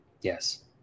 Yes